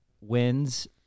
wins